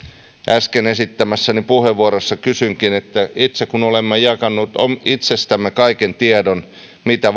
äsken esittämässäni puheenvuorossa kysyinkin itse kun olemme jakaneet itsestämme kaiken tiedon että mitä